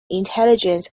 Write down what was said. intelligence